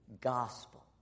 gospel